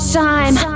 time